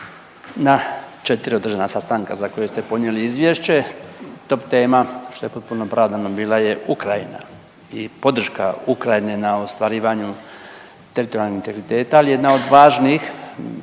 na 4 održana sastanka za koje ste podnijeli izvješće top tema što je potpuno opravdano bila je Ukrajina i podrška Ukrajini na ostvarivanju teritorijalnog integriteta. Ali jedna od važnih